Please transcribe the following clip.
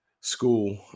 school